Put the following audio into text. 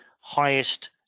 highest